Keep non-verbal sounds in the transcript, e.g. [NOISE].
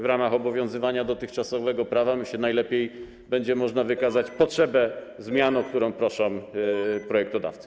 W ramach obowiązywania dotychczasowego prawa, myślę, najlepiej będzie można wykazać [NOISE] potrzebę zmian, o którą proszą projektodawcy.